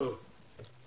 תודה.